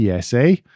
PSA